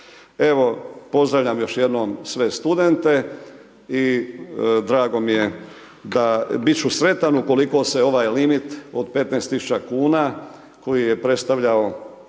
Evo, pozdravljam još jednom sve studente i drago mi je, bit ću sretan ukoliko se ovaj limit od 15.000,00 kn koji je predstavljao